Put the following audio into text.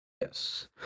Yes